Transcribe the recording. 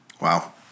Wow